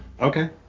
Okay